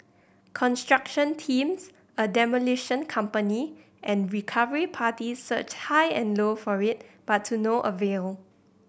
construction teams a demolition company and recovery parties searched high and low for it but to no avail